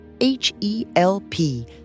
H-E-L-P